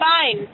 fine